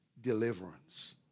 deliverance